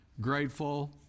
grateful